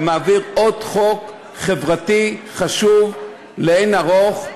ומעביר עוד חוק חברתי חשוב לאין ערוך.